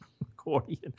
accordion